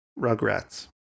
Rugrats